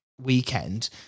weekend